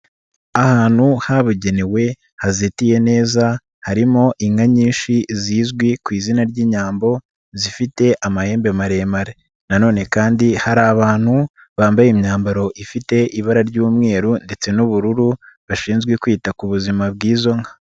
Ahantu habugenewe hazitiye neza harimo inka nyinshi zizwi ku izina ry'inyambo zifite amahembe maremare nanone kandi hari abantu bambaye imyambaro ifite ibara ry'umweru ndetse n'ubururu bashinzwe kwita ku buzima bw'izo nka.